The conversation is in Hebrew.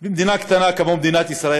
במדינה קטנה כמו מדינת ישראל,